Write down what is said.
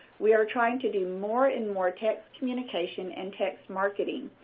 we are trying to do more and more text communication and text marketing.